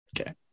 Okay